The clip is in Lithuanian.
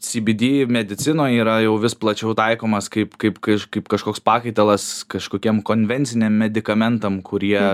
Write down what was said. sybydy medicinoj yra jau vis plačiau taikomas kaip kaip kaip kažkoks pakaitalas kažkokiem konvenciniam medikamentam kurie